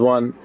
One